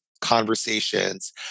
conversations